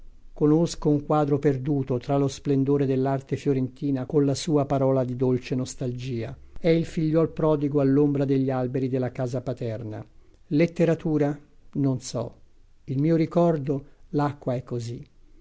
conosco un quadro perduto tra lo splendore dell'arte fiorentina colla sua parola di dolce nostalgia è il fìgliuol prodigo all'ombra degli alberi della casa paterna letteratura non so il mio ricordo l'acqua è così